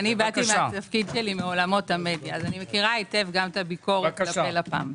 אני באתי לתפקידי מעולמות המדיה אז מכירה את הביקורת על לפ"ם.